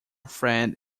friend